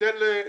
ניתן --- אוקיי.